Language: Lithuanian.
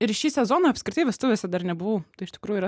ir šį sezoną apskritai vestuvėse dar nebuvau tai iš tikrųjų yra